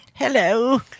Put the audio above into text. hello